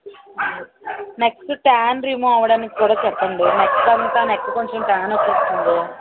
next tan remove అవ్వడానికి కూడా చెప్పండి నెక్ అంతా నెక్ కొంచెం ట్యాన్ వచ్చేస్తుంది